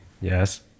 Yes